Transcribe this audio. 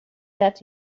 that